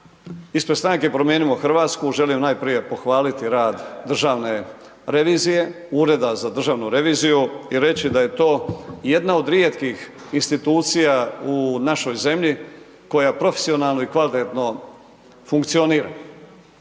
Ispred Stranke promijenimo Hrvatsku želim najprije pohvaliti rad Državne revizije, Ureda za državnu reviziju i reći da je to jedna od rijetkih institucija u našoj zemlji koja profesionalno i kvalitetno funkcionira.